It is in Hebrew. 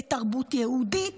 לתרבות יהודית.